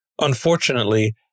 Unfortunately